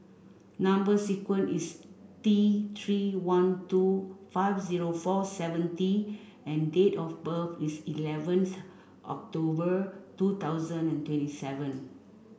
number sequence is T three one two five zero four seven T and date of birth is eleventh October two thousand and twenty seven